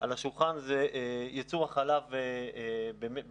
על השולחן הוא ייצור החלב ברפתות